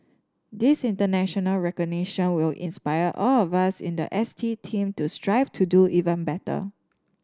this international recognition will inspire all of us in the S T team to strive to do even better